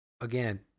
again